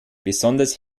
besonders